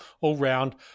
all-round